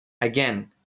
Again